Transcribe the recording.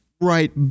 right